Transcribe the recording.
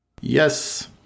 yes